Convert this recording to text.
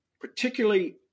particularly